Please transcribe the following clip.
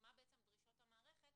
ומה הן בעצם דרישות המערכת